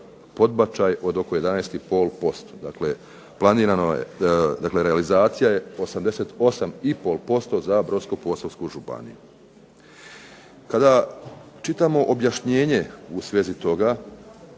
podbačaj od oko 11,5%. Dakle realizacija je 88,5% za Brodsko-posavsku županiju. Kada čitamo objašnjenje u svezi toga,